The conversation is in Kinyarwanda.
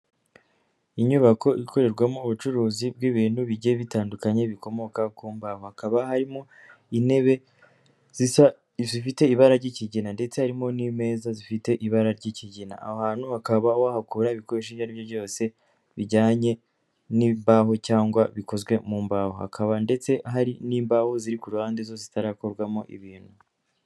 Inyubako ikorerwamo ubucuruzi bw'ibintu bigiye bitandukanye bikomoka kumbaho. Hakaba harimo intebe zifite ibara ry'ikigina ndetse harimo n'ameza zifite ibara ry'ikigina. Ahantu hakaba wahakura ibikoresho ibyo aribyo byose bijyanye n'imbaho cyangwa bikozwe mu imbaho hakaba ndetse hari n'imbaho ziri ku ruhande zo zitarakorwamo ibintu.